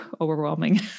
overwhelming